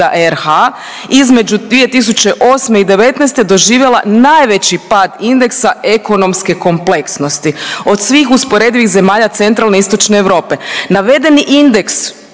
RH između 2008. i '19. doživjela najveći pad indeksa ekonomske kompleksnosti od svih usporedivih zemalja centralne i istočne Europe. Navedeni indeks